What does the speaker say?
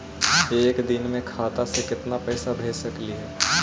एक दिन में खाता से केतना पैसा भेज सकली हे?